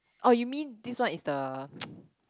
oh you mean this one is the